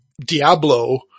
Diablo